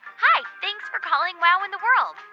hi, thanks for calling wow in the world.